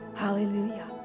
Hallelujah